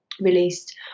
released